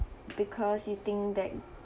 because you think that